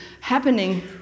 happening